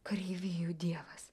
kareivijų dievas